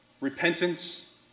repentance